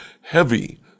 heavy